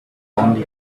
only